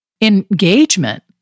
engagement